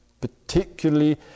particularly